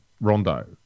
Rondo